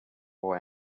boy